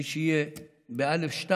ומי שיהיה בא'2